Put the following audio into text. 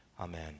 amen